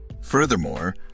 Furthermore